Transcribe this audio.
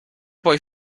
poi